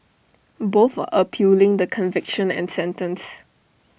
both are appealing the conviction and sentence